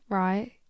right